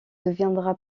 deviendra